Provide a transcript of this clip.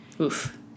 Oof